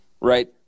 right